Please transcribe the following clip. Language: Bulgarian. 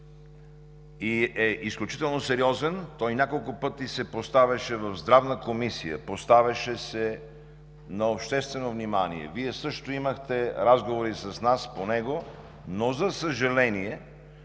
и е изключително сериозен. Той няколко пъти се поставяше в Здравната комисия, поставяше се на общественото внимание. Вие също имахте разговори с нас по него, но, за съжаление,